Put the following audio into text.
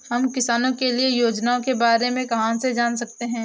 हम किसानों के लिए योजनाओं के बारे में कहाँ से जान सकते हैं?